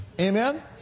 Amen